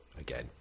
again